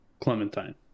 Clementine